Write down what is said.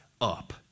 up